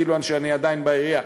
כאילו שאני עדיין בעירייה,